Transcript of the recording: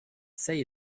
say